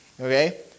okay